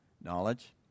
Knowledge